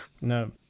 No